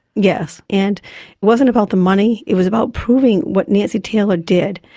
yes. and it wasn't about the money, it was about proving what nancy taylor did,